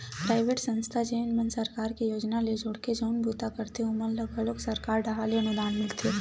private संस्था जेन मन सरकार के योजना ले जुड़के जउन बूता करथे ओमन ल घलो सरकार डाहर ले अनुदान मिलथे